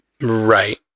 Right